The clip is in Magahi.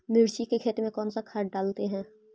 मिर्ची के खेत में कौन सा खाद डालते हैं?